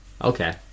Okay